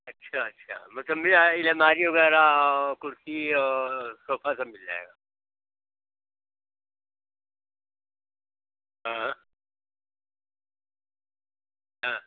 अच्छा अच्छा मतलब यह अलमारी वग़ैरह कुर्सी और सोफा सब मिल जाएगा हाँ हाँ